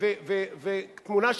תמונה,